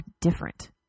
different